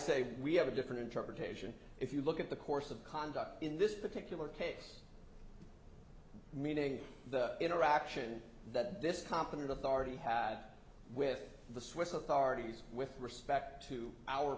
say we have a different interpretation if you look at the course of conduct in this particular case meaning the interaction that this competent authority had with the swiss authorities with respect to our